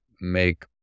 make